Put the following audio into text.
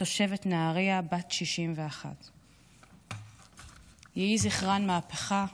תושבת נהריה, בת 61. יהיה זכרן מהפכה.